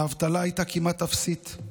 האבטלה הייתה כמעט אפסית,